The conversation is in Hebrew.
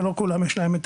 לא כולם יש להם את